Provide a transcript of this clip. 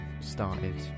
started